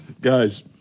Guys